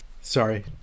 sorry